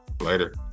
Later